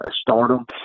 stardom